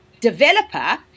developer